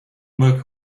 worker